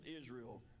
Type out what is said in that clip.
Israel